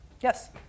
Yes